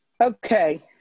Okay